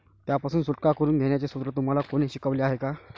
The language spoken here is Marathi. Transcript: त्यापासून सुटका करून घेण्याचे सूत्र तुम्हाला कोणी शिकवले आहे का?